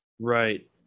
Right